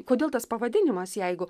kodėl tas pavadinimas jeigu